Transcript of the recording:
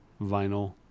vinyl